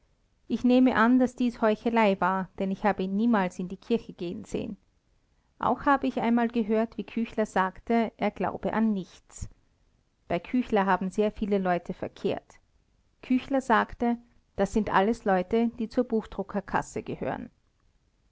ich nehme an daß dies heuchelei war denn ich habe ihn niemals in die kirche gehen sehen auch habe ich einmal gehört wie küchler sagte er glaube an nichts bei küchler haben sehr viele leute verkehrt küchler sagte das sind alles leute die zur buchdruckerkasse gehören